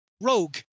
Rogue